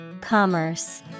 Commerce